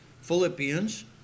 Philippians